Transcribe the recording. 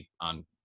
on